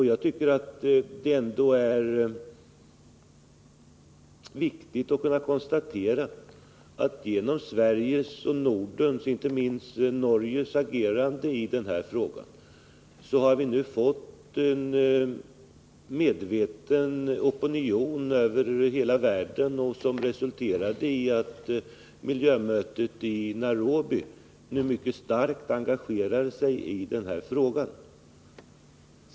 Jag tycker ändå att det är viktigt att kunna konstatera att genom Sveriges och Nordens, inte minst Norges, agerande i denna fråga har vi nu fått en medveten opinion över hela världen. Det har resulterat i att miljökommittén i Nairobi nu mycket starkt engagerar sig i denna fråga.